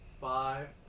Five